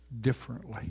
differently